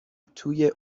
توی